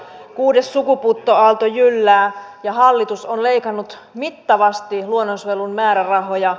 kuudes sukupuuttoaalto jyllää ja hallitus on leikannut mittavasti luonnonsuojelun määrärahoja